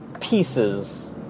pieces